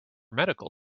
medical